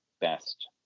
best